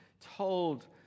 told